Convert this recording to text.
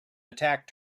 attack